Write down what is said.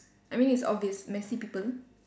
I mean it's obvious messy people